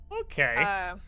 Okay